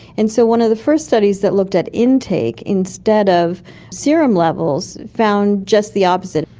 and so one of the first studies that looked at intake instead of serum levels found just the opposite.